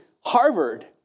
Harvard